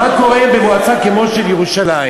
מה קורה אם במועצה כמו של ירושלים,